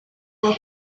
were